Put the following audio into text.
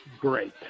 great